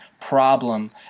problem